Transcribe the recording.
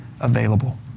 available